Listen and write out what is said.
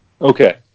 Okay